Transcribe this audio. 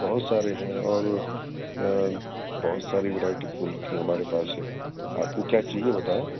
بہت سارے ہیں اور بہت ساری ورائٹی پھول کی ہمارے پاس ہے آپ کو کیا چاہیے بتائیں